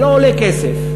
זה לא עולה כסף.